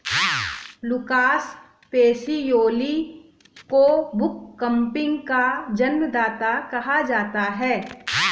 Lucas Pacioli को bookkeeping का जन्मदाता कहा जाता है